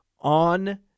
on